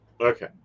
Okay